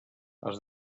els